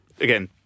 again